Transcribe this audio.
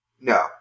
no